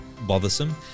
bothersome